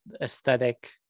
aesthetic